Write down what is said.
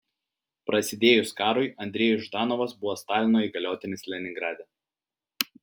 prasidėjus karui andrejus ždanovas buvo stalino įgaliotinis leningrade